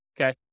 okay